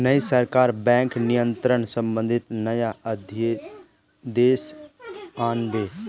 नई सरकार बैंक नियंत्रण संबंधी नया अध्यादेश आन बे